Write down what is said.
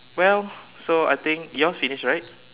well so I think yours finish right